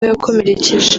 yakomerekeje